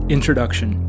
Introduction